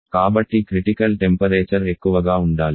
కాబట్టి critical temperature ఎక్కువగా ఉండాలి